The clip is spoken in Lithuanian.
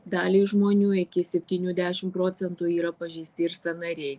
daliai žmonių iki septynių dešim procentų yra pažeisti ir sąnariai